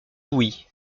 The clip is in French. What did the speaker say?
louis